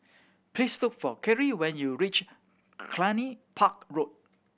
please look for Khiry when you reach Cluny Park Road